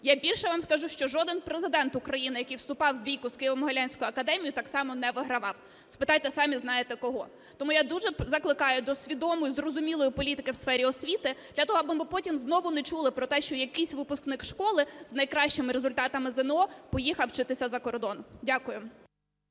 Я більше вам скажу, що жоден Президент України, який вступав у бійку з Києво-Могилянською академією так само не вигравав, спитайте самі знаєте кого. Тому я дуже закликаю до свідомої і зрозумілої політики у сфері освіти для того, аби ми потім не чули про те, що якийсь випускник школи з найкращими результатами ЗНО поїхав вчитися за кордон. Дякую.